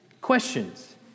Questions